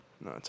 No